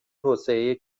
توسعه